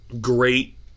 great